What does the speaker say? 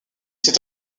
c’est